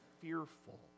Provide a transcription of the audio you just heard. fearful